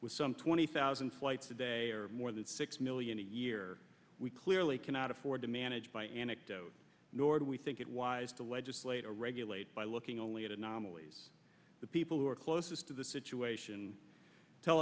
with some twenty thousand flights a day or more than six million a year we clearly cannot afford to manage by anecdote nor do we think it wise to legislate or regulate by looking only at anomalies the people who are closest to the situation tell